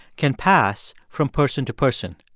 can pass from person to person.